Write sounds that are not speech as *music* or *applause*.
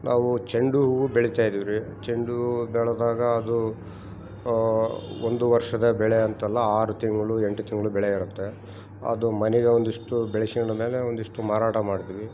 ನಾವು ಚೆಂಡು ಹೂ ಬೆಳೀತಾ ಇದೀವ್ರಿ ಚೆಂಡು ಹೂ ಬೆಳ್ದಾಗ ಅದು ಒಂದು ವರ್ಷದ ಬೆಳೆ ಅಂತಲ್ಲ ಆರು ತಿಂಗಳು ಎಂಟು ತಿಂಗಳು ಬೆಳೆ ಇರತ್ತೆ ಅದು ಮನೆಗೆ ಒಂದಿಷ್ಟು *unintelligible* ಒಂದಿಷ್ಟು ಮಾರಾಟ ಮಾಡ್ತೀವಿ